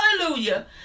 Hallelujah